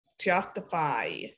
justify